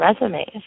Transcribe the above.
resumes